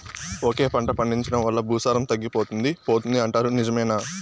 ఒకే పంట పండించడం వల్ల భూసారం తగ్గిపోతుంది పోతుంది అంటారు నిజమేనా